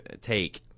take